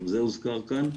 גם זה הוזכר כאן.